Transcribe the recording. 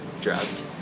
drugged